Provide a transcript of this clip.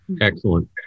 Excellent